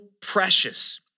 precious